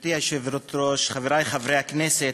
גברתי היושבת-ראש, חברי חברי הכנסת,